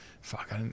fuck